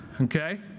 Okay